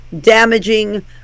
damaging